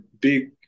big